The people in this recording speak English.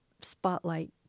spotlight